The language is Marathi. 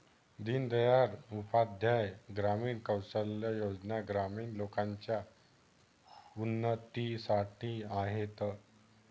दीन दयाल उपाध्याय ग्रामीण कौशल्या योजना ग्रामीण लोकांच्या उन्नतीसाठी आहेत